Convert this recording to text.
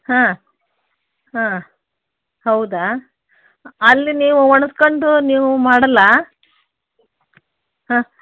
ಹಾಂ ಹಾಂ ಹೌದಾ ಅಲ್ಲಿ ನೀವು ಒಣಗ್ಸ್ಕೊಂಡು ನೀವು ಮಾಡಲ್ವಾ ಹಾಂ